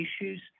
issues